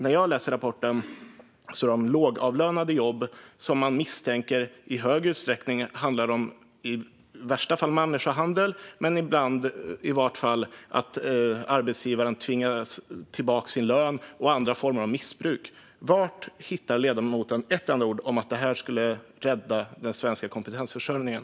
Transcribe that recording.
När jag läser rapporten är det lågavlönade jobb som man misstänker i hög utsträckning handlar om människohandel i värsta fall, men i vart fall ibland att arbetsgivaren tvingar tillbaka lönen eller andra former av missbruk. Var hittar ledamoten ett enda ord om att detta skulle rädda den svenska kompetensförsörjningen?